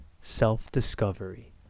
Self-discovery